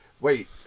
Wait